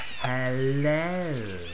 Hello